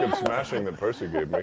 smashing that percy gave me.